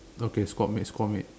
okay squad mate squad mate